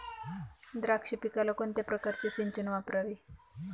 द्राक्ष पिकाला कोणत्या प्रकारचे सिंचन वापरावे?